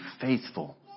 faithful